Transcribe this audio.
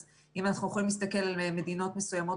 אז אם אנחנו יכולים להסתכל על מדינות מסוימות